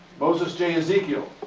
moses j. ezekiel,